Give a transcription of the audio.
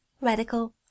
Radical